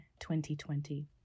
2020